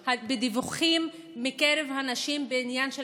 שלושה בדיווחים מקרב הנשים בעניין של